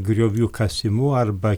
griovių kasimu arba